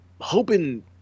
hoping